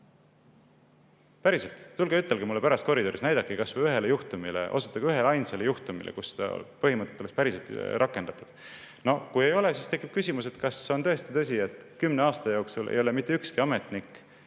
Päriselt! Tulge ütelge mulle pärast koridoris, näidake kas või ühte juhtumit, osutage üheleainsale juhtumile, kus seda põhimõtet oleks päriselt rakendatud. No kui ei ole, siis tekib küsimus, kas see on tõesti tõsi, et kümne aasta jooksul ei ole mitte ükski ametnik